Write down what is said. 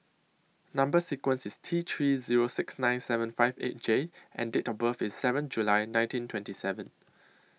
Number sequence IS T three Zero six nine seven five eight J and Date of birth IS seven July nineteen twenty seven